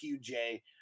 qj